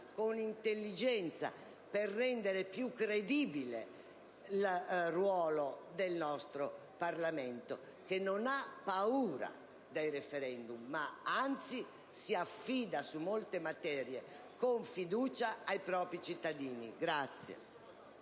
con intelligenza, per rendere più credibile il ruolo del Parlamento, che non ha paura dei *referendum*, ma anzi si affida su molte materie con fiducia ai cittadini.